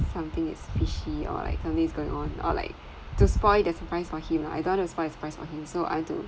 something is fishy or like something's going on or like to spoil the surprise for him lah I don't want to spoil surprise for him so I want to